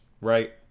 right